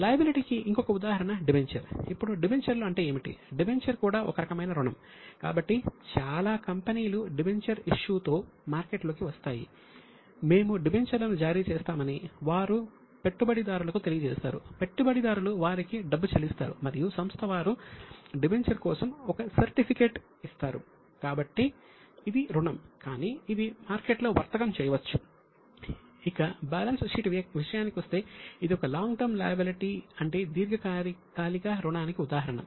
లయబిలిటీకి ఇంకొక ఉదాహరణ డిబెంచర్ అంటే దీర్ఘకాలిక రుణానికి ఉదాహరణ